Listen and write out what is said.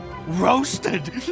roasted